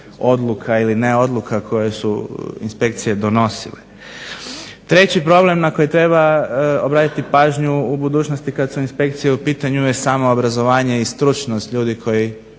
odluka ili ne odluka koje su inspekcije donosile. Treći problem na koji treba obratiti pažnju u budućnosti kada su u pitanju inspekcije je samo obrazovanje i stručnost ljudi koji